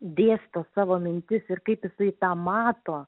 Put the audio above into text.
dėsto savo mintis ir kaip jisai tą mato